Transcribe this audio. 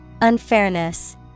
Unfairness